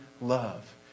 love